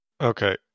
okay